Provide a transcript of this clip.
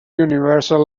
universal